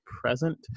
present